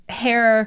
hair